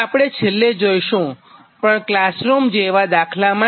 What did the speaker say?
તો આપણે છેલ્લે જોઇશુંપરંતુ ક્લાસરૂમ જેવા દાખલા માટે